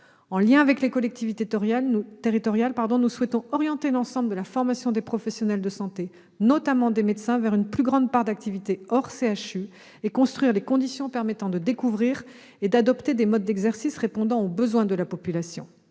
En lien avec les collectivités territoriales, nous souhaitons orienter l'ensemble de la formation des professionnels de santé, notamment des médecins, vers une plus grande part d'activité hors CHU, et construire les conditions permettant de découvrir et d'adopter des modes d'exercice répondant aux besoins de la population.